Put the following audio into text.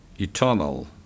eternal